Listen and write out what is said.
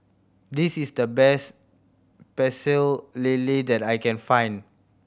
this is the best Pecel Lele that I can find